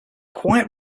quite